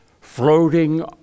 floating